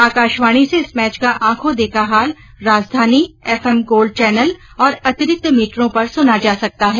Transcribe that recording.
आकाशवाणी से इस मैच का आंखों देखा हाल राजधानी एफ एम गोल्ड चैनल और अतिरिक्त मीटरों पर सुना जा सकता है